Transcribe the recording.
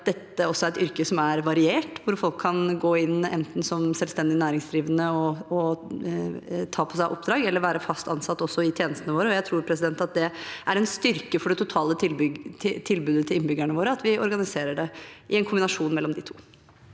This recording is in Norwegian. også er et yrke som er variert, hvor folk kan gå inn enten som selvstendig næringsdrivende og ta på seg oppdrag eller være fast ansatt i tjenestene våre. Jeg tror at det er en styrke for det totale tilbudet til innbyggerne våre at vi organiserer det i en kombinasjon av de to.